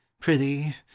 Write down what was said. prithee